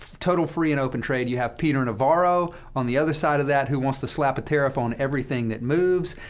total free and open trade. you have peter navarro on the other side of that, who wants to slap a tariff on everything that moves.